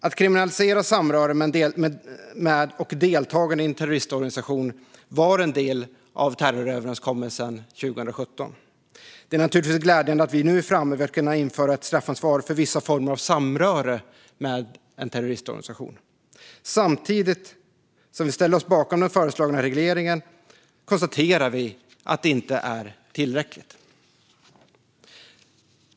Att kriminalisera samröre med och deltagande i en terroristorganisation var en del av terroröverenskommelsen 2017. Det är naturligtvis glädjande att vi nu är framme vid att kunna införa ett straffansvar för vissa former av samröre med en terroristorganisation. Samtidigt som vi ställer oss bakom den föreslagna regleringen konstaterar vi att det inte är tillräckligt.